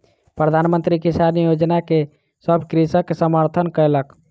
प्रधान मंत्री किसान योजना के सभ कृषक समर्थन कयलक